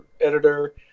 editor